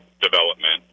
development